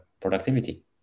productivity